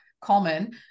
common